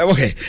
Okay